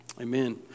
Amen